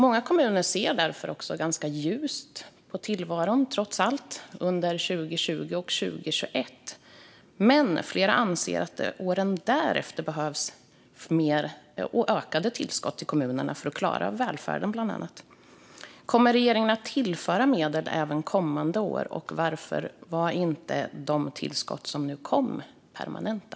Många kommuner ser därför trots allt ganska ljust på tillvaron under 2020 och 2021. Flera anser dock att det åren därefter behövs ökade tillskott till kommunerna bland annat för att klara välfärden. Kommer regeringen att tillföra medel även kommande år? Varför var inte de tillskott som nu kommer permanenta?